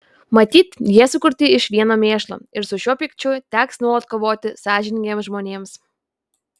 matyt jie sukurti iš vieno mėšlo ir su šiuo pykčiu teks nuolat kovoti sąžiningiems žmonėms